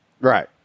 Right